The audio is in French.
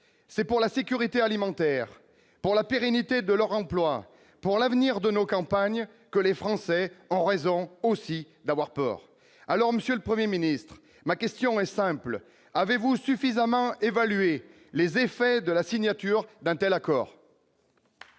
c'est pour la sécurité alimentaire pour la pérennité de leur emploi pour l'avenir de nos campagnes, que les Français, en raison aussi d'avoir peur, alors Monsieur le 1er Ministre ma question est simple : avez-vous suffisamment évaluer les effets de la signature d'untel accords.